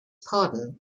pardon